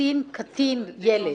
ילד.